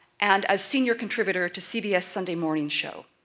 and as senior contributor to cbs sunday morning show.